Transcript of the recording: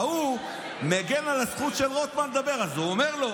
ההוא מגן על הזכות של רוטמן לדבר, אז הוא אומר לו: